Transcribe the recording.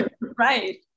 Right